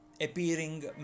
appearing